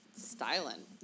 styling